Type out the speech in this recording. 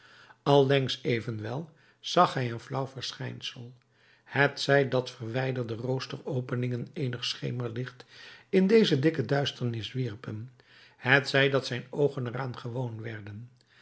allengs evenwel zag hij een flauw schijnsel hetzij dat verwijderde roosteropeningen eenig schemerlicht in deze dikke duisternis wierpen hetzij dat zijn oogen er aan gewoon werden